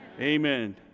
Amen